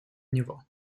него